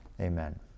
Amen